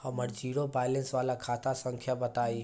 हमर zero balance वाला खाता संख्या बताई?